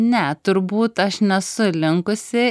ne turbūt aš nesu linkusi